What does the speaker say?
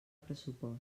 pressupost